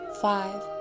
five